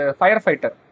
firefighter